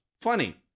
funny